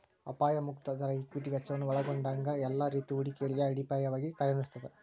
ಅಪಾಯ ಮುಕ್ತ ದರ ಈಕ್ವಿಟಿ ವೆಚ್ಚವನ್ನ ಒಲ್ಗೊಂಡಂಗ ಎಲ್ಲಾ ರೇತಿ ಹೂಡಿಕೆಗಳಿಗೆ ಅಡಿಪಾಯವಾಗಿ ಕಾರ್ಯನಿರ್ವಹಿಸ್ತದ